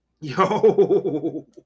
Yo